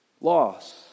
loss